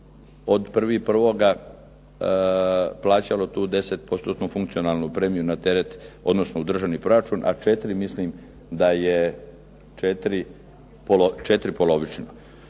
od 1.1. plaćalo tu 10%-tnu funkcionalnu premiju na teret odnosno u državni proračun, a 4 mislim da je 4 polovično.